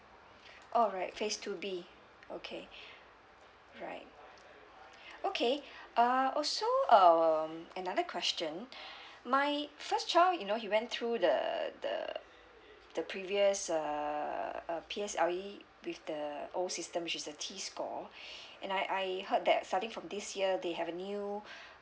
alright phase two B okay right okay uh also um another question my first child you know he went through the the the previous uh P_S_L_E with the old system which is a t score and I I heard that starting from this year they have a new